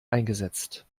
eingesetzt